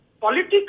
politics